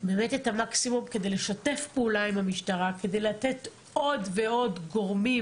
באמת את המקסימום כדי לשתף פעולה עם המשטרה כדי לתת עוד ועוד גורמים